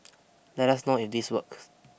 let us know if this works